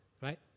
Right